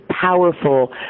powerful